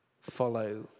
follow